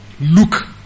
look